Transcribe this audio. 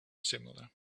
similar